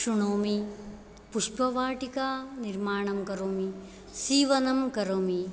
श्रुणोमि पुष्पवाटिका निर्माणं करोमि सीवनं करोमि